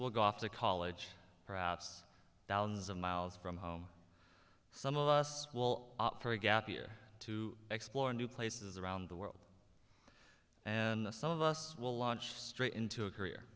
will go off to college perhaps thousands of miles from home some of us will opt for a gap year to explore new places around the world and some of us will launch straight into a career